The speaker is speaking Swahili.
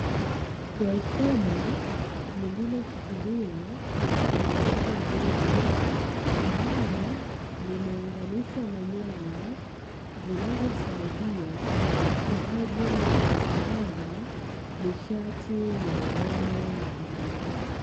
Transfoma lililoshikiliwa na nguzo mbili, ambalo limeunganishwa na nyaya zinazosaidia kwa ajili ya kusambaza nishati ya umeme majumbani.